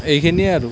এইখিনিয়েই আৰু